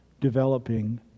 developing